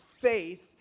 faith